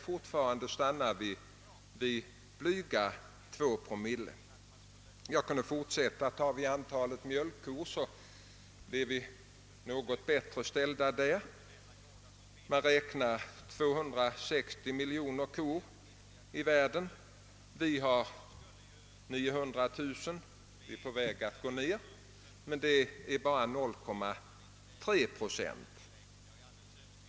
Fortfarande stannar vi vid blygsamma 2 promille. Tar vi antalet mjölkkor blir vi något bättre ställda. Man räknar med 260 miljoner kor i världen, och vi har 900000 — vi är på väg nedåt — men det är bara 0,3 procent.